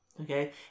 okay